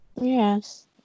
Yes